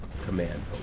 command